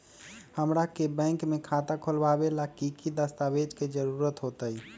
हमरा के बैंक में खाता खोलबाबे ला की की दस्तावेज के जरूरत होतई?